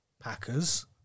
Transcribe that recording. Packers